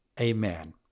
amen